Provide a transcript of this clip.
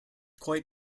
quite